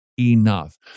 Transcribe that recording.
enough